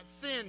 sin